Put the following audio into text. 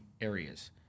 areas